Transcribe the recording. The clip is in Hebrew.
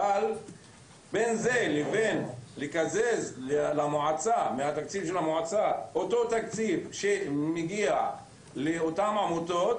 בין זה לבין לקזז למועצה מהתקציב שלה את התקציב שמגיע לאותן עמותות,